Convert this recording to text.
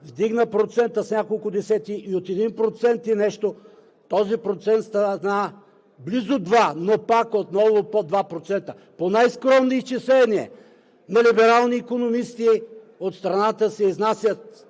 вдигна процента с няколко десети и от един процент и нещо този процент стана близо 2, но пак отново под 2%. По най-скромни изчисления на либерални икономисти, от страната се изнасят